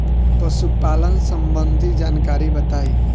पशुपालन सबंधी जानकारी बताई?